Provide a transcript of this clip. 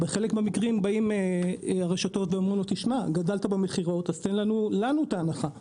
בחלק מהמקרים באות הרשתות ומבקשות לגלגל את ההנחה אליהן.